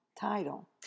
title